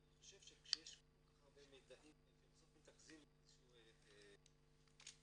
שאני חושב שכשיש כל כך הרבה מידעים שבסוף מתנקזים לאיזה --- אחת,